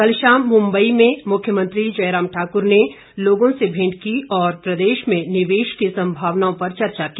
कल शाम मुंबई में मुख्यमंत्री जयराम ठाकुर ने लोगों से भेंट की और प्रदेश में निवेश की संभावनाओं पर चर्चा की